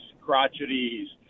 crotchety